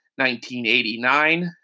1989